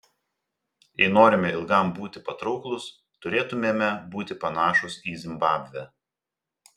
jei norime ilgam būti patrauklūs turėtumėme būti panašūs į zimbabvę